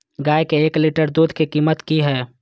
गाय के एक लीटर दूध के कीमत की हय?